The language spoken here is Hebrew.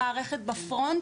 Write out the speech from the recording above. בסוף